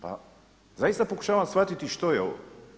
Pa zaista pokušavam shvatiti što je ovo.